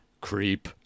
Creep